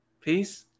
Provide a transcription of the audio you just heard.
Peace